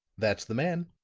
that's the man.